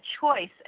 choice